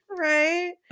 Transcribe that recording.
right